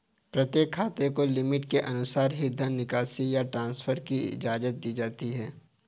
प्रत्येक खाते को लिमिट के अनुसार ही धन निकासी या ट्रांसफर की इजाजत दी जाती है